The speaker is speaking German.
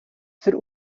für